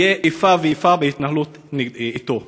תהיה איפה ואיפה בהתנהלות אתו.